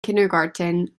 kindergarten